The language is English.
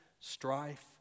strife